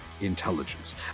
intelligence